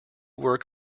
work